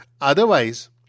Otherwise